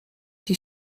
die